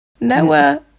Noah